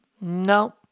No